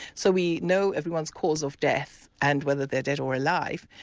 so we know everyone's cause of death and whether they're dead or alive.